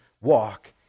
walk